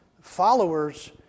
Followers